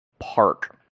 Park